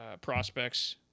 prospects